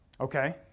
Okay